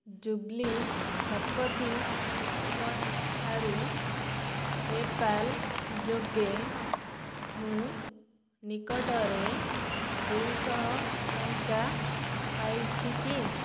ଜୁବ୍ଲି ଶତପଥୀଙ୍କ ଠାରୁ ପେପାଲ୍ ଯୋଗେ ମୁଁ ନିକଟରେ ଦୁଇଶହ ଟଙ୍କା ପାଇଛି କି